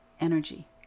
energy